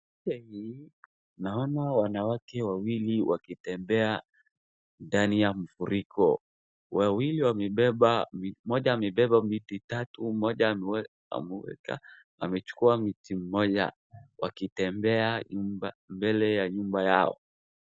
Naona wanawake wawili wakitembea ndani ya mfuriko wawili wamebeba moja amebeba miti tatu, Moja ameweka amechukua miti Moja wakitembea mbele ya nyumba yao.